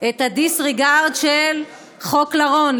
את ה-disregard של חוק לרון.